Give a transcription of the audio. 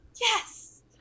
Yes